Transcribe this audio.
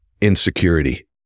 insecurity